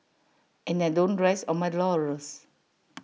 and I don't rest on my laurels